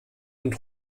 und